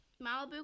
Malibu